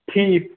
ٹھیٖک